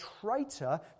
traitor